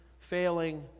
failing